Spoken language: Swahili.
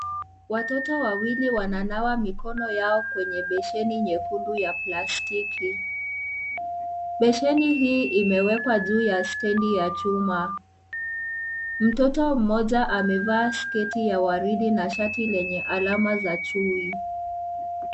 Watoto wawili wananawa mikono yao kwenye beseni nyekundu ya plastiki. Beseni hii imewekwa juu ya stendi ya chuma. Mtoto mmoja amevaa sketi ya waridi na shati lenye alama za chui.